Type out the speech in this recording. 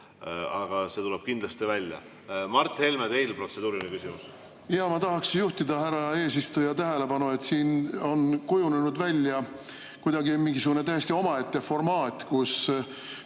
aga see tuleb kindlasti välja. Mart Helme, teil on protseduuriline küsimus. Jaa, ma tahaks juhtida härra eesistuja tähelepanu sellele, et siin on kujunenud välja kuidagi mingisugune täiesti omaette formaat, kus